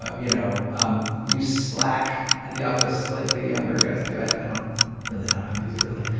ah you know um we use slack at the office like the younger guys do. i i don't really know how to use it, really.